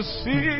see